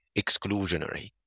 exclusionary